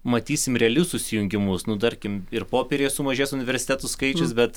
matysim realius susijungimus nu tarkim ir popieriuje sumažės universitetų skaičius bet